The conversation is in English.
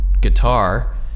guitar